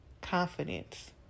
confidence